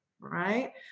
right